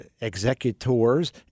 executors